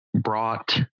brought